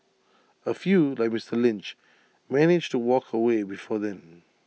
A few like Mister Lynch manage to walk away before then